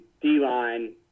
D-line